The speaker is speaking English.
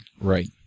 Right